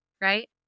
right